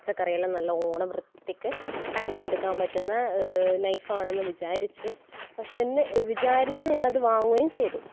പച്ചക്കറികളും നല്ലോണം വൃത്തിക്ക് അരിഞ്ഞെടുക്കാൻ പറ്റുന്ന നൈഫാണെന്ന് വിചാരിച്ചു പക്ഷേ എന്ന് വിചാരിച്ച് ഞാനത് വാങ്ങുകയും ചെയ്തു